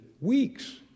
weeks